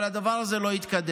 אבל הדבר הזה לא התקדם.